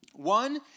One